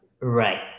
Right